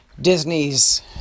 Disney's